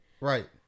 Right